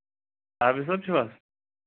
عابِد صٲب چھِو حظ